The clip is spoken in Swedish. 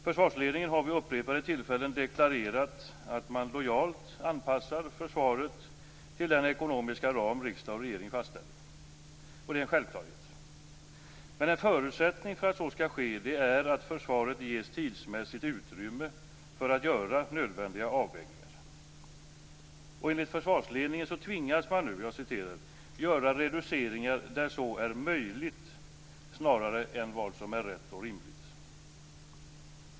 Försvarsledningen har vid upprepade tillfällen deklarerat att man lojalt anpassar försvaret till den ekonomiska ram riksdag och regering fastställer, och det är en självklarhet. Men en förutsättning för att så skall ske är att försvaret ges tidsmässigt utrymme för att göra nödvändiga avvägningar. Enligt försvarsledningen tvingas man nu "göra reduceringar där så är möjligt snarare än vad som är rätt och rimligt".